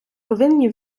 повинні